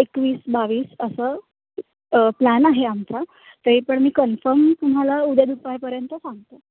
एकवीस बावीस असं प्लॅन आहे आमचा तरी पण मी कन्फर्म तुम्हाला उद्या दुपारपर्यंत सांगतो